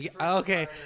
Okay